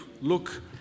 look